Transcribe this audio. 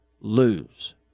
lose